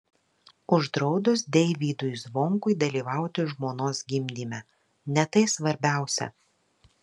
uždraudus deivydui zvonkui dalyvauti žmonos gimdyme ne tai svarbiausia